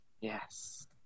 yes